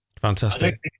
Fantastic